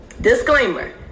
disclaimer